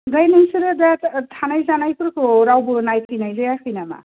ओमफ्राय नोंसोरो दा थानाय जानायफोरखौ रावबो नायफैनाय जायाखै नामा